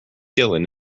dylan